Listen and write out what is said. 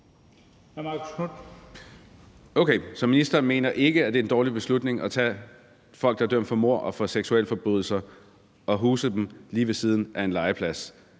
Okay, så ministeren mener ikke, at det er en dårlig beslutning at tage folk, der er dømt for mord og for seksualforbrydelser, og huse dem lige ved siden af en legeplads?